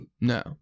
no